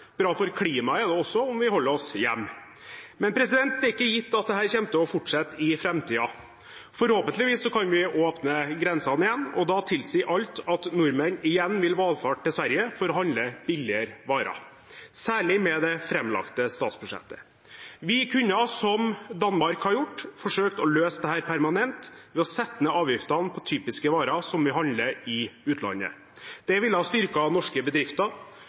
Bra for klimaet er det også om vi holder oss hjemme. Men det er ikke gitt at dette kommer til å fortsette i framtiden. Forhåpentligvis kan vi åpne grensene igjen, og da tilsier alt at nordmenn igjen vil valfarte til Sverige for å handle billigere varer, særlig med det framlagte statsbudsjettet. Vi kunne, som Danmark har gjort, forsøkt å løse dette permanent ved å sette ned avgiftene på typiske varer som vi handler i utlandet. Det ville ha styrket norske bedrifter,